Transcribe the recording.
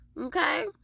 Okay